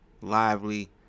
lively